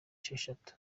esheshatu